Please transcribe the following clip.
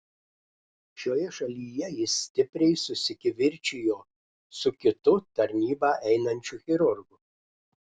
šioje šalyje jis stipriai susikivirčijo su kitu tarnybą einančiu chirurgu